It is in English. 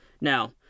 Now